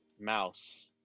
Mouse